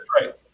Right